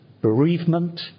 Bereavement